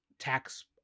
tax